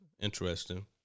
Interesting